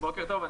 בוקר טוב.